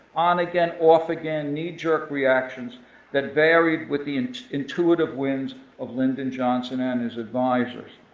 on-again, off-again, knee-jerk reactions that varied with the intuitive whims of lyndon johnson and his advisors.